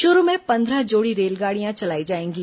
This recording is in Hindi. शुरू में पंद्रह जोड़ी रेलगाड़ियां चलाई जाएंगी